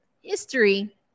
history